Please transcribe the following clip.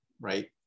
right